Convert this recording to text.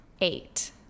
eight